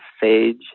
sage